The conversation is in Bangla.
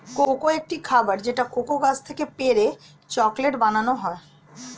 কোকো একটি খাবার যেটা কোকো গাছ থেকে পেড়ে চকলেট বানানো হয়